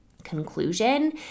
Conclusion